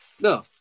No